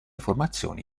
formazioni